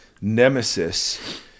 nemesis